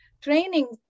training